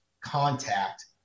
contact